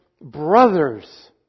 brothers